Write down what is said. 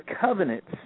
covenants